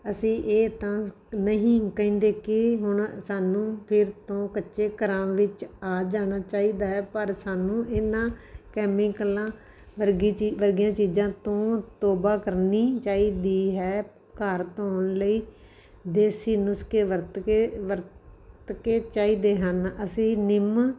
ਅਸੀਂ ਇਹ ਤਾਂ ਨਹੀਂ ਕਹਿੰਦੇ ਕਿ ਹੁਣ ਸਾਨੂੰ ਫਿਰ ਤੋਂ ਕੱਚੇ ਘਰਾਂ ਵਿੱਚ ਆ ਜਾਣਾ ਚਾਹੀਦਾ ਹੈ ਪਰ ਸਾਨੂੰ ਇਹਨਾਂ ਕੈਮੀਕਲਾਂ ਵਰਗੀ ਚੀ ਵਰਗੀਆਂ ਚੀਜ਼ਾਂ ਤੋਂ ਤੋਬਾ ਕਰਨੀ ਚਾਹੀਦੀ ਹੈ ਘਰ ਧੋਣ ਲਈ ਦੇਸੀ ਨੁਸਖੇ ਵਰਤ ਕੇ ਵਰਤ ਕੇ ਚਾਹੀਦੇ ਹਨ ਅਸੀਂ ਨਿੰਮ